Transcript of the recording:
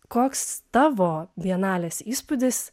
koks tavo bienalės įspūdis